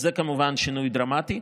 אז זה כמובן שינוי דרמטי.